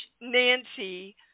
Nancy